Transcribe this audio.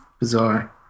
bizarre